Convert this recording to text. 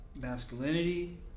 masculinity